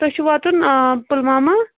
تۄہہِ چھُو واتُن پُلوامہ